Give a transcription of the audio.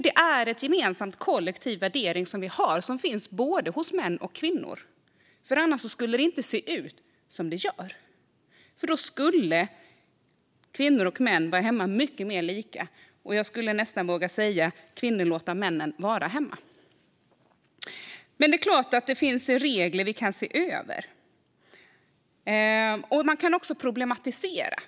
Det finns en gemensam kollektiv värdering hos både män och kvinnor; annars skulle det inte se ut som det gör. Då skulle kvinnor och män vara hemma mer lika, och jag skulle nästan våga säga att kvinnorna skulle låta männen vara hemma. Det är klart att reglerna kan ses över. Det går också att problematisera.